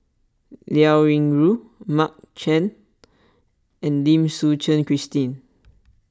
Liao Yingru Mark Chan and Lim Suchen Christine